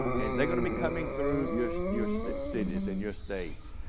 and they're gonna be coming through your your so cities and your states,